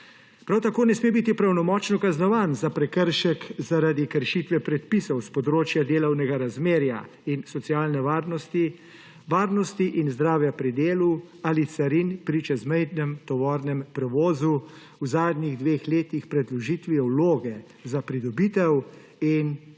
Prav tako ne sme biti pravnomočno kaznovan za prekršek zaradi kršitve predpisov s področja delovnega razmerja in socialne varnosti, varnosti in zdravja pri delu ali carin pri čezmejnem tovornem prevozu v zadnjih dveh letih pred vložitvijo vloge za pridobitev in prav